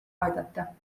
aidata